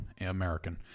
American